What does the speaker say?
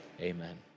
Amen